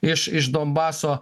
iš iš donbaso